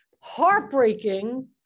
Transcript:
heartbreaking